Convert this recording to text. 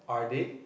are they